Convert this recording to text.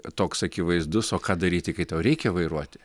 toks akivaizdus o ką daryti kai tau reikia vairuoti